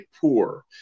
poor